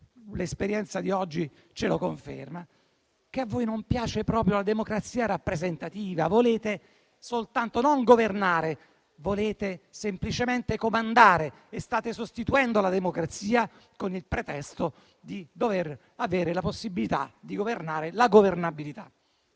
l'esperienza di oggi ce lo conferma - che a voi non piace proprio la democrazia rappresentativa; volete non governare, ma semplicemente comandare e state sostituendo la democrazia con il pretesto di dover avere la possibilità di governare. La governabilità!